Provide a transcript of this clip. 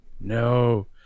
no